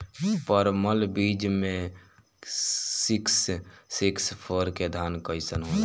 परमल बीज मे सिक्स सिक्स फोर के धान कईसन होला?